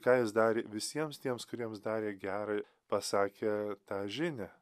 ką jis darė visiems tiems kuriems darė gera pasakė tą žinią